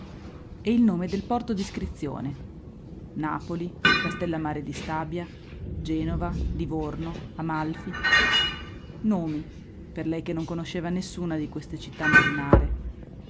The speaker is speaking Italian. e il nome del porto d'iscrizione napoli castellammare di stabia genova livorno amalfi nomi per lei che non conosceva nessuna di queste città marinare